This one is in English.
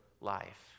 life